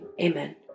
Amen